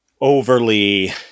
overly